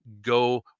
go